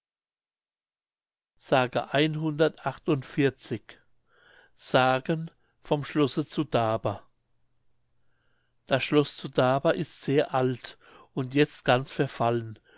mündlich sagen vom schlosse zu daber das schloß zu daber ist sehr alt und jetzt ganz verfallen